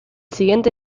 siguiente